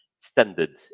standard